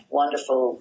wonderful